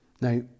Now